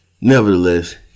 nevertheless